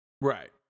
Right